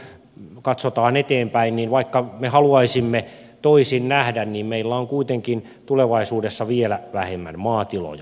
ja siitä kun katsotaan eteenpäin niin vaikka me haluaisimme toisin nähdä niin meillä on kuitenkin tulevaisuudessa vielä vähemmän maatiloja